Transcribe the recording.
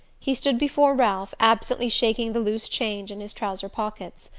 he stood before ralph, absently shaking the loose change in his trouser-pockets.